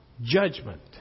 judgment